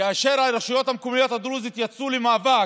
כאשר הרשויות המקומיות הדרוזיות יצאו למאבק,